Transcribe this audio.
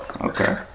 Okay